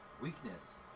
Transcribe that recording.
Weakness